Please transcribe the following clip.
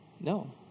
No